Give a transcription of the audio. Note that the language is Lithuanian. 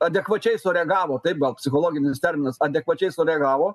adekvačiai sureagavo taip gal psichologinis terminas adekvačiai sureagavo